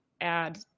add